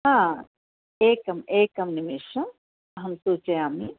हा एकम् एकं निमेषम् अहं सूचयामि